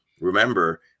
remember